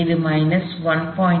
இது மைனஸ் 1